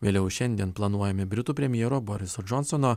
vėliau šiandien planuojami britų premjero boriso džonsono